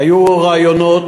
היו רעיונות,